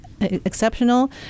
exceptional